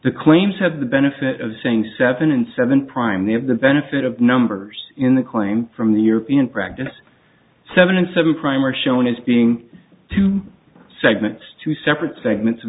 the claims have the benefit of saying seven and seven prime they have the benefit of numbers in the claim from the european practice seven and seven prime are shown as being two segments two separate segments of